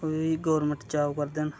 ओह् बी government job करदे न